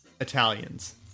italians